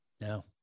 no